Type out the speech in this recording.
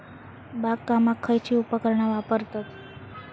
बागकामाक खयची उपकरणा वापरतत?